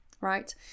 Right